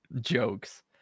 jokes